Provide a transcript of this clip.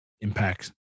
impacts